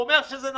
גיא אומר שמה